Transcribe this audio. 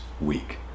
week